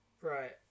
Right